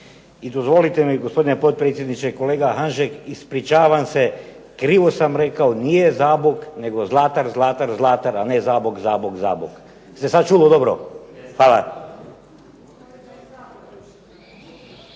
I dozvolite mi gospodine potpredsjedniče, kolega Hanžek ispričavam se krivo sam rekao nije Zabok nego Zlatar, Zlatar, Zlatar a ne Zabok, Zabok, Zabok. Jel' se sad čulo dobro? Hvala.